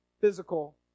physical